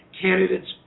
candidates